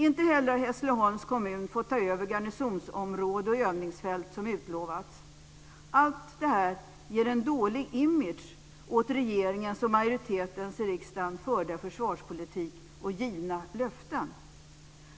Inte heller får Hässleholms kommun ta över garnisonsområde och övningsfält som utlovats. Allt det här ger en dålig image åt regeringen och den av majoriteten i riksdagen förda försvarspolitiken och åt deras givna löften.